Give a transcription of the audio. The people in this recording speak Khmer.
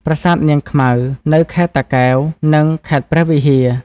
ប្រាសាទនាងខ្មៅ នៅខេត្តតាកែវ និង ខេត្តព្រះវិហារ។